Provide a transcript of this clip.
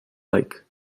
like